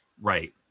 Right